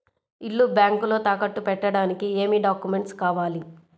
ఇల్లు బ్యాంకులో తాకట్టు పెట్టడానికి ఏమి డాక్యూమెంట్స్ కావాలి?